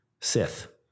Sith